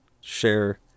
share